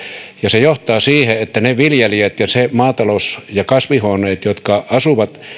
ja se johtaa siihen että niille viljelijöille ja heidän maataloudelleen ja kasvihuoneilleen jotka asuvat